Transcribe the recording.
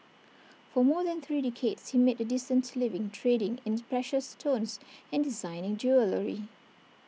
for more than three decades he made A decent living trading in precious stones and designing jewellery